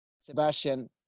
Sebastian